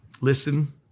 Listen